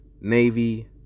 Navy